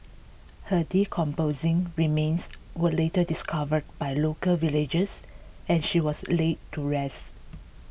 her decomposing remains were later discovered by local villagers and she was laid to rest